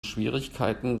schwierigkeiten